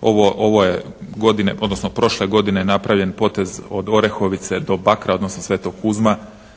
Ove godine, odnosno prošle godine je napravljen potez od Orehovice do Bakra odnosno Svetog Kuzma